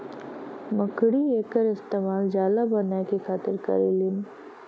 मकड़ी एकर इस्तेमाल जाला बनाए के खातिर करेलीन